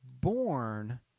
born